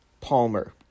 palmer